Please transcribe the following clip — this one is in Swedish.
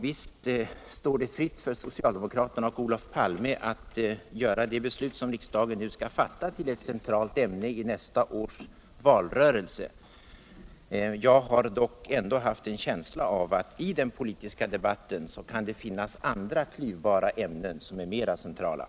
Visst står det Olof Palme och socialdemokraterna frit att göra det beslut som riksdagen nu skall fatta till ett centrat ämne i nästa års valrörelse. Jag har dock en känsta av att det i den politiska debatten kan finnas andra klyvbara ämnen som iär mer centrala.